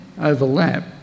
overlap